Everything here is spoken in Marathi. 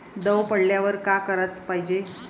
दव पडल्यावर का कराच पायजे?